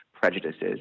prejudices